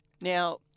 Now